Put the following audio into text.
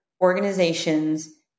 organizations